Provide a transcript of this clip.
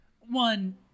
one